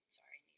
sorry